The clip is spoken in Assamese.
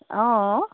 অঁ